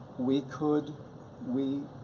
we could we,